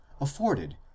afforded